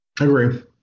agree